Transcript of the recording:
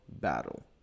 battle